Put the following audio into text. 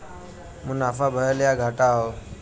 मुनाफा भयल या घाटा हौ